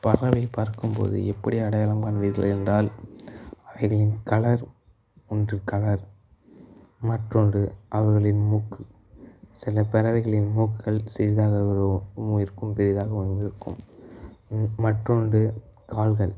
பறவை பறக்கும்போது எப்படி அடையாளம் காண்பிர்கள் என்றால் அவைகளின் கலர் ஒன்று கலர் மற்றொன்று அவைகளின் மூக்கு சில பறவைகளின் மூக்குகள் சிறிதாகவும் இருக்கும் பெரிதாகவும் இருக்கும் மற்றொன்று கால்கள்